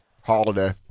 Holiday